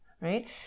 Right